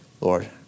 Lord